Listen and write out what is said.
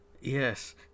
Yes